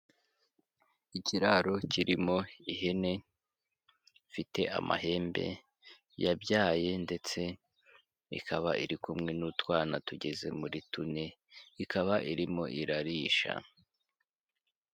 Ikiraro kirimo ihene ifite amahembe, yabyaye ndetse ikaba iri kumwe n'utwana tugeze muri tune, ikaba irimo irarisha.